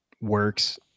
works